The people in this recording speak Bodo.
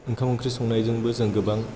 ओंखाम ओंख्रि संनायजोंबो जों गोबां